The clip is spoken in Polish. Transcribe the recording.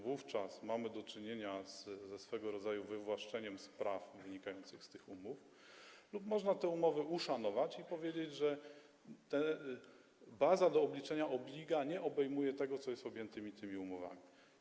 Wówczas mamy do czynienia ze swego rodzaju wywłaszczeniem z praw wynikających z tych umów lub można te umowy uszanować i powiedzieć, że baza do obliczenia obliga nie obejmuje tego, co jest objęte tymi umowami.